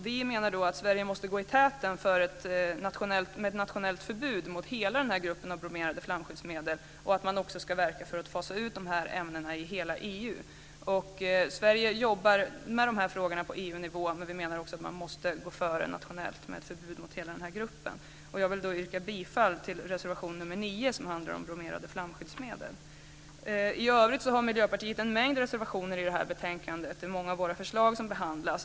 Vi menar att Sverige måste gå i täten med ett nationellt förbud mot hela gruppen bromerade flamskyddsmedel och att man också ska verka för att fasa ut de här ämnena i hela EU. Sverige jobbar med de här frågorna på EU-nivå, men vi menar att man också måste gå före nationellt med ett förbud mot hela den här gruppen. Jag vill yrka bifall till reservation 9, som handlar om bromerade flamskyddsmedel. I övrigt har Miljöpartiet en mängd reservationer i det här betänkandet. Det är många av våra förslag som behandlas.